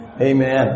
Amen